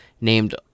named